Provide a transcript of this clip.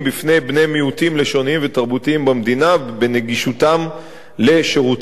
מיעוטים לשוניים ותרבותיים במדינה בנגישות שירותי הבריאות.